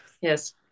Yes